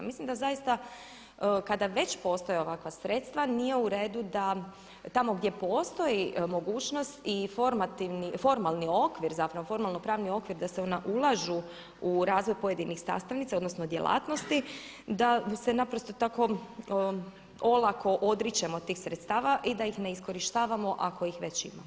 Mislim da zaista kada već postoje ovakva sredstva nije u redu da tamo gdje postoji mogućnost i formalni okvir zapravo formalno-pravni okvir da se ona ulažu u razvoj pojedinih sastavnica odnosno djelatnosti da se naprosto tako olako odričemo tih sredstava i da ih ne iskorištavamo ako ih već imamo.